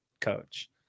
coach